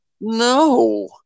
No